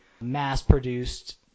mass-produced